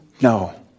No